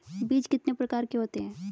बीज कितने प्रकार के होते हैं?